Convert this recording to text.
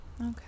Okay